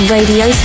Radio